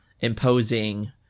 imposing